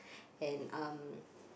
and um